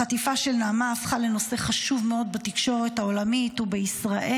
החטיפה של נעמה הפכה לנושא חשוב מאוד בתקשורת העולמית ובישראל.